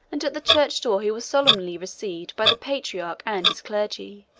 and at the church door he was solemnly received by the patriarch and his clergy.